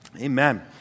Amen